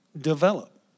develop